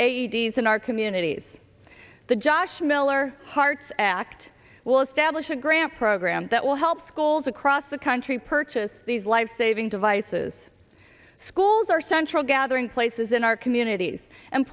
d s in our communities the josh miller hearts act will establish a grant program that will help schools across the country purchase these life saving devices schools our central gathering places in our communities and